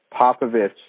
Popovich